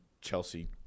chelsea